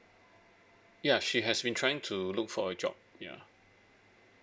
ya she has been trying to look for a job yeah